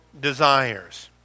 desires